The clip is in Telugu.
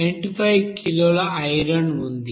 95 కిలోల ఐరన్ ఉంది